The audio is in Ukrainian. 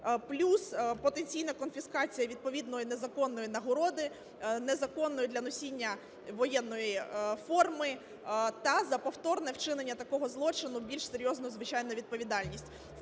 плюс потенційна конфіскація відповідної незаконної нагороди, незаконної для носіння воєнної форми, та за повторне вчинення такого злочину більш серйозну, звичайно, відповідальність.